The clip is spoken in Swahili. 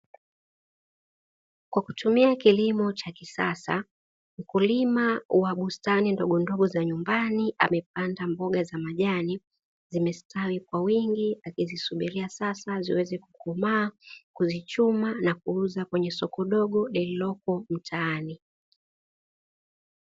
Kwa kutumia kilimo cha kisasa mkulima wa bustani ndogondogo za nyumbani, amepanda mboga za majani, zimestawi kwa wingi akizisubiria sasa ziweze kukomaa, kuzichuma na kuuza kwenye soko dogo lililopo mtaani.